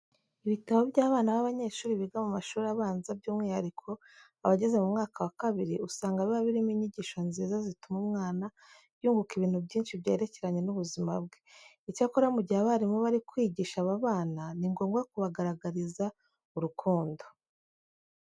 Ibitabo by'abana b'abanyeshuri biga mu mashuri abanza by'umwihariko abageze mu mwaka wa kabiri, usanga biba birimo inyigisho nziza zituma umwana yunguka ibintu byinshi byerekeranye n'ubuzima bwe. Icyakora mu gihe abarimu bari kwigisha aba bana ni ngombwa ko babagaragariza urukundo.